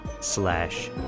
slash